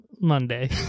Monday